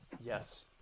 Yes